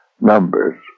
numbers